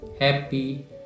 happy